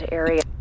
area